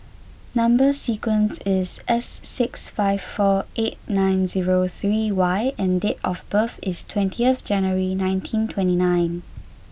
number sequence is S six five four eight nine zero three Y and date of birth is twentieth January nineteen twenty nine